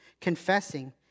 confessing